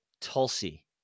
Tulsi